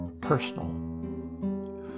personal